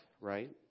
right